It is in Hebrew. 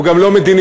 הוא גם לא מדיניות.